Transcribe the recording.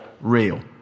real